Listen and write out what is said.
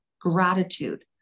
gratitude